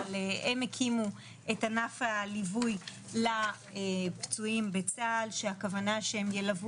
אבל הם הקימו את ענף הליווי לפצועים בצה"ל שהכוונה שהם ילוו